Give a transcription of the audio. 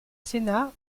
sénat